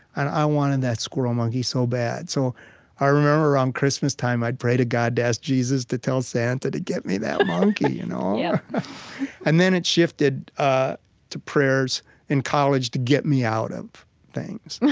and i wanted that squirrel monkey so bad. so i remember around christmas time, i'd pray to god to ask jesus to tell santa to get me that monkey. you know yeah and then it shifted ah to prayers in college to get me out of things,